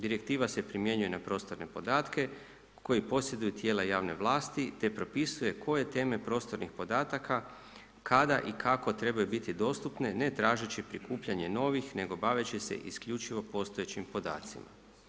Direktiva se primjenjuje na prostorne podatke koje posjeduju tijela javne vlasti, te propisuje koje teme prostornih podataka, kada i kako trebaju biti dostupne ne tražeći prikupljanje novih, nego baveći se isključivo postojećim podacima.